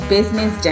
Business